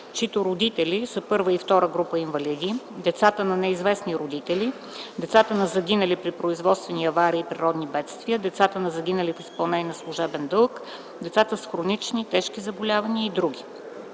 чиито родители са І или ІІ група инвалиди, децата на неизвестни родители, децата на загинали при производствени аварии и природни бедствия, децата на загинали в изпълнение на служебен дълг, децата с тежки хронични заболявания и др.